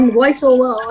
voiceover